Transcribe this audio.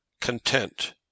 content